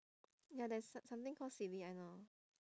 ya there's so~ something called silly I know